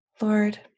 Lord